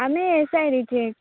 आमी ये सायडीची